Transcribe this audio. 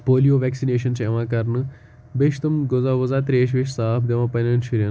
polio vaccination چھِ یِوان کَرنہٕ بیٚیہِ چھِ تِم غذا وٕذا ترٛیش ویش صاف دِوان پنٛنٮ۪ن شُرٮ۪ن